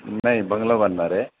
नाही बंगला बांधणार आहे